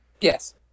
yes